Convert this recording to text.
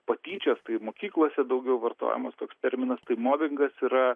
patyčios tai mokyklose daugiau vartojamas toks terminas tai mobingas yra